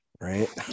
right